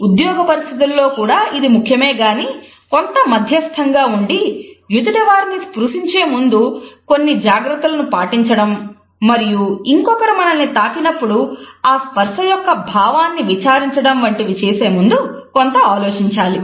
ఉద్యోగ పరిస్థితులలో కూడా ఇది ముఖ్యమే గాని కొంత మధ్యస్థంగా ఉండి ఎదుటివారిని స్ప్రుశించే ముందు కొన్ని జాగ్రత్తలను పాటించడం మరియు ఇంకొకరు మనల్ని తాకినప్పుడు ఆ స్పర్శ యొక్క భావాన్ని విచారించడం వంటివి చేసేముందు కొంత ఆలోచించాలి